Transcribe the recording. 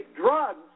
drugs